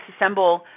disassemble